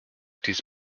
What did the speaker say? dies